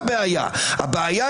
אני אדבר שבע דקות בלי הפסקה,